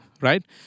right